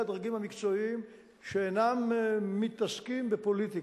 הדרגים המקצועיים שאינם מתעסקים בפוליטיקה.